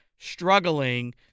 struggling